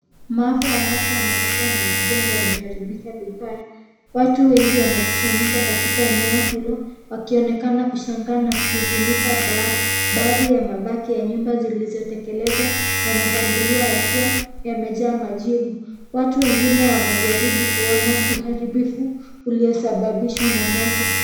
Maafa ya moto yametokea yametokea na majengo yameharibiwa vibaya. Watu wengi wanekusanyika katika eneo hilo wakionekana kushangaa na kuhuzunika. Baadhi ya mabaki ya nyumba zilizotekelezwa yanatambuliwa ya kuwa yamejaa majivu. Watu wengine wanajaribu kuona uharibivu uliosababishwa na moto.